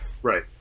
Right